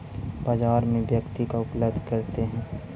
बाजार में व्यक्ति का उपलब्ध करते हैं?